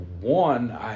one